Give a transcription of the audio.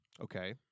Okay